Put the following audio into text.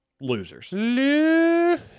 losers